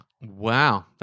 Wow